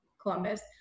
Columbus